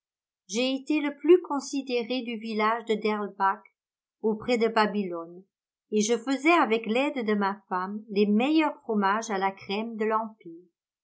été le plus considéré du village de derlback auprès de babylone et je fesais avec l'aide de ma femme les meilleurs fromages à la crème de l'empire